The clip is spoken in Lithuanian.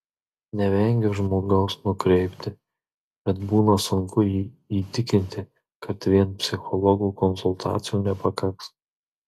nevengiu žmogaus nukreipti bet būna sunku jį įtikinti kad vien psichologų konsultacijų nepakaks